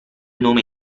nome